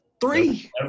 three